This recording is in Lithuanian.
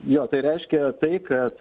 jo tai reiškia tai ką tu